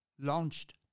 launched